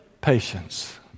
patience